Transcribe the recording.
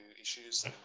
issues